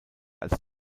als